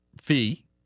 fee